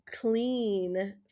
clean